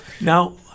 Now